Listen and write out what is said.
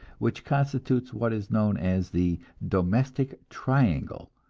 which constitutes what is known as the domestic triangle,